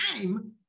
time